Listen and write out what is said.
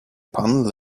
pan